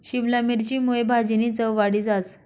शिमला मिरची मुये भाजीनी चव वाढी जास